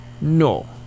No